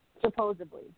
supposedly